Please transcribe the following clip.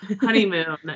Honeymoon